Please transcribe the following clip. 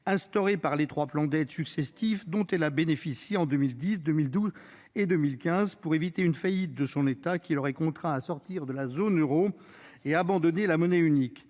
instaurées par les trois plans d'aide successifs dont le pays a bénéficié en 2010, 2012 et 2015, pour éviter la faillite, ce qui l'aurait contraint à sortir de la zone euro et à abandonner la monnaie unique.